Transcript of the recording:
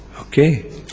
Okay